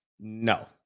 no